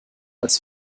als